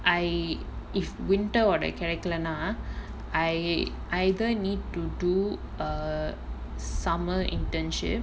I if winter ஓட கெடைகலனா:oda kedaikalaana I either need to do a summer internship